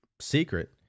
secret